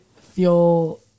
feel